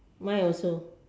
mine also